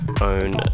own